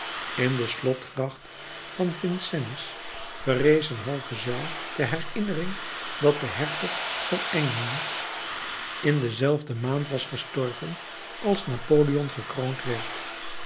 in de slotgracht van vincennes verrees een halve zuil ter herinnering dat de hertog van enghien in dezelfde maand was gestorven als napoleon gekroond werd